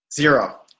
Zero